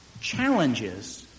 challenges